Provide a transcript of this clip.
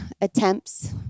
attempts